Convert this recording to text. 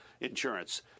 insurance